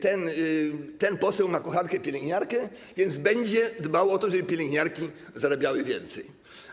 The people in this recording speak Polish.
Ten poseł ma kochankę pielęgniarkę, więc będzie dbał o to, żeby pielęgniarki zarabiały więcej.